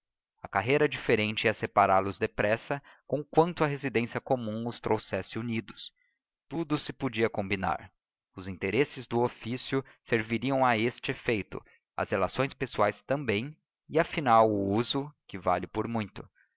a carreira diferente ia separá los depressa conquanto a residência comum os trouxesse unidos tudo se podia combinar os interesses do ofício serviriam a este efeito as relações pessoais também e afinal o uso que vale por muito